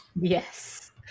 yes